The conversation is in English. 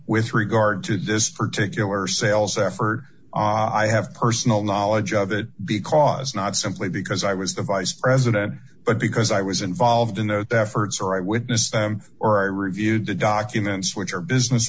with regard to this particular sales effort i have personal knowledge of it because not simply because i was the vice president but because i was involved in the efforts or i witnessed or i reviewed the documents which are business